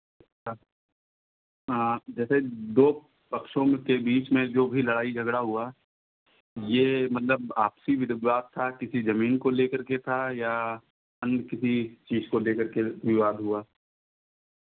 अच्छा जैसे दो पक्षों के बीच में जो भी लड़ाई झगड़ा हुआ ये मतलब आपसी विद विवाद था किसी ज़मीन को लेकर के था या अन्य किसी चीज़ को लेकर के विवाद हुआ